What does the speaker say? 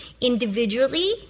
individually